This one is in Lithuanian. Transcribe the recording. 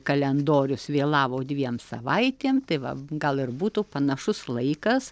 kalendorius vėlavo dviem savaitėm tai va gal ir būtų panašus laikas